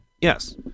Yes